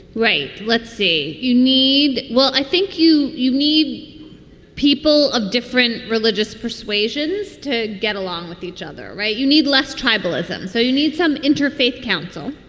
right. let's see. you need well, i think you you need people of different religious persuasions to get along with each other. right. you need less tribalism so you need some interfaith council